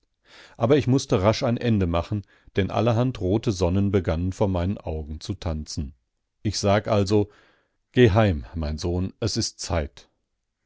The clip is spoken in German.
aber ich mußte rasch ein ende machen denn allerhand rote sonnen begannen mir vor den augen zu tanzen ich sag also geh heim mein sohn es ist zeit